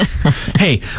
Hey